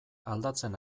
aldatzen